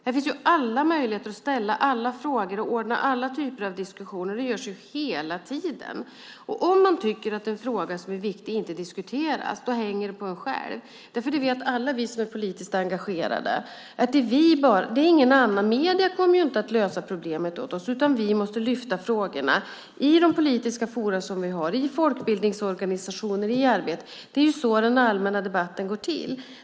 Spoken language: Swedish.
Här finns alla möjligheter att ställa alla frågor och ordna alla typer av diskussioner; det görs hela tiden. Om jag tycker att en fråga som är viktig inte diskuteras hänger det på mig själv. Alla vi som är politiskt engagerade vet att ingen annan kommer att lösa problemet åt oss, utan vi måste lyfta fram frågorna i de politiska forum vi har, i folkbildningsorganisationer och i arbetet. Det är så den allmänna debatten går till.